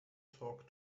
talk